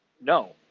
No